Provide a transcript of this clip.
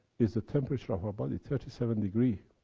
is the temperature of our body, thirty seven degrees.